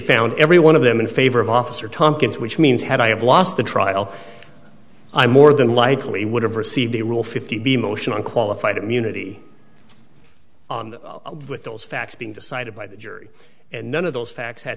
found every one of them in favor of officer tompkins which means had i have lost the trial i more than likely would have received a rule fifty motion on qualified immunity with those facts being decided by the jury and none of those facts had